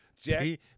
Jack